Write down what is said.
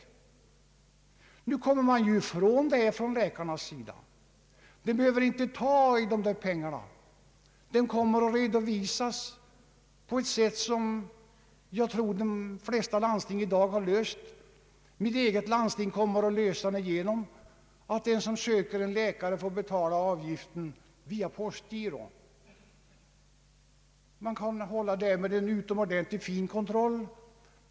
Nu kommer läkarna ifrån detta system. De behöver inte ta i de där pengarna. Dessa kommer att redovisas på ett sätt som jag tror att de flesta landsting i dag har bestämt. Mitt eget landsting kommer att lösa frågan på så sätt att den som söker en läkare får betala avgiften via postgiro. Därmed kan man hålla en utomordentligt fin kontroll.